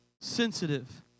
sensitive